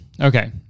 okay